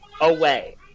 Away